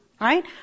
Right